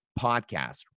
podcast